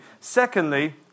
Secondly